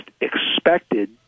expected